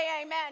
amen